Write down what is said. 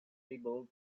able